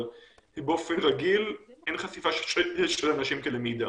אבל באופן רגיל אין חשיפה של אנשים כאן למידע.